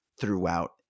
throughout